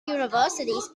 universities